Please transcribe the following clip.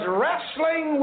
wrestling